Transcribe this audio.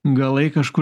galai kažkur